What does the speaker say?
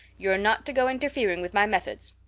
you're not to go interfering with my methods.